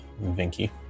Vinky